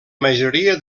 majoria